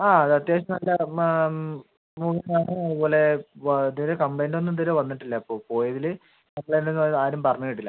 ആ ഒര് അത്യാവശ്യത്തിന് നല്ല അതുപോലെ ഇത് വരെ കംപ്ലയിൻറ്റ് ഒന്നും ഇത് വരെ വന്നിട്ടില്ല ഇപ്പോ പോയതില് കംപ്ലയിൻറ്റ് ഒന്നും അത് ആരും പറഞ്ഞ് കേട്ടില്ല